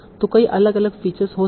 तो कई अलग अलग फीचर्स हो सकते हैं